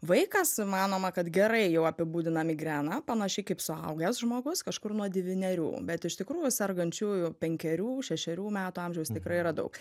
vaikas manoma kad gerai jau apibūdina migreną panašiai kaip suaugęs žmogus kažkur nuo devynerių bet iš tikrųjų sergančiųjų penkerių šešerių metų amžiaus tikrai yra daug